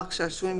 פארק שעשועים,